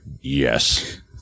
yes